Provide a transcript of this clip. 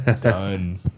Done